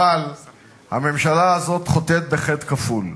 אבל הממשלה הזאת חוטאת בחטא כפול.